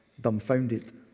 dumbfounded